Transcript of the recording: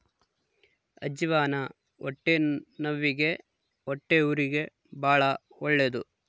ಅಜ್ಜಿವಾನ ಹೊಟ್ಟೆನವ್ವಿಗೆ ಹೊಟ್ಟೆಹುರಿಗೆ ಬಾಳ ಒಳ್ಳೆದು